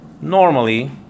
Normally